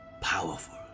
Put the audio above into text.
powerful